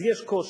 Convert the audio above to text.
אז יש קושי.